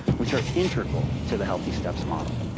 which are integral to the healthysteps model.